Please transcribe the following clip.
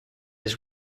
his